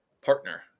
partner